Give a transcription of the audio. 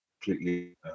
completely